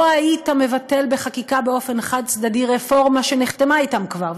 לא היית מבטל בחקיקה באופן חד-צדדי רפורמה שנחתמה אתם כבר,